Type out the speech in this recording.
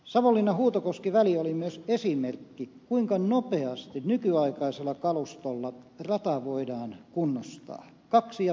savonlinnahuutokoski väli oli myös esimerkki siitä kuinka nopeasti nykyaikaisella kalustolla rata voidaan kunnostaa kaksi ja puoli kuukautta